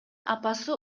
апасы